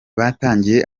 batangiye